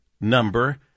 number